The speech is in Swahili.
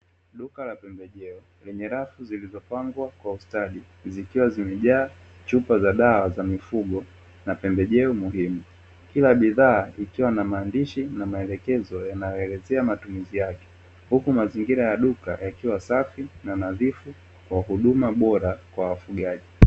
Duka la pembejeo lenye rafu zilizopangwa kwa ustadi zikiwa zimejaa chupa za dawa za mifugo na pembejeo muhimu, kila bidhaa ikiwa na maandishi na maelekezo yanayo elezea matumizi yake. Huku mazingira ya duka yakiwa safi na nadhifu kwa huduma bora kwa wafugaji.